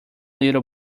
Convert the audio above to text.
little